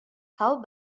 how